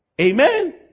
Amen